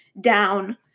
down